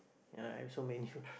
and I have so many friend